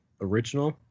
original